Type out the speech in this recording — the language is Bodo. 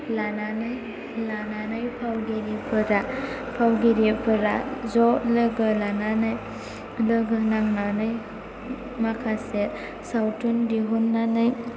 लानानै फावगिरिफोरा ज' लोगो लानानै लोगो नांनानै माखासे सावथुन दिहुननानै